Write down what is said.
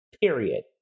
Period